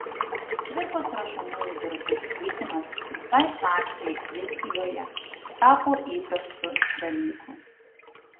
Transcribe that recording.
cvirkos rašomųjų darbų skaitymas visai klasei vilkijoje tapo įprastu dalyku